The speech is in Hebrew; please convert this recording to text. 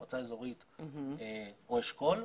מועצה אזורית או אשכול.